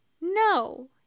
No